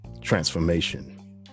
Transformation